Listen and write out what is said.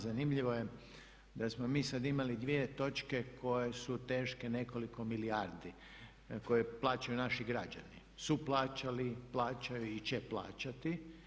Zanimljivo je da smo mi sad imali dvije točke koje su teške nekoliko milijardi, koje plaćaju naši građani, su plaćali, plaćaju i će plaćati.